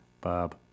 Bob